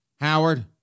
Howard